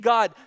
God